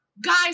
guys